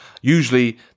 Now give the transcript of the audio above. usually